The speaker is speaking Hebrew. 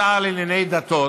השר לענייני דתות